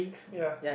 ya